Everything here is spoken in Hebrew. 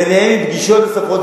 ביניהם פגישות נוספות,